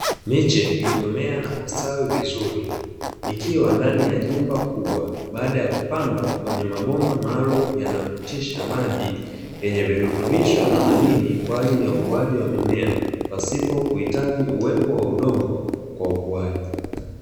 Miche iliyomea na kustawi vizuri ikiwa ndani ya jumba kubwa baada ya kupandwa kwenye mabomba maalumu yanayopitisha maji yenye virutubisho na madini kwa ajili ya ukuaji wa mimea pasipo kuhitaji uwepo wa udongo kwa ukuaji.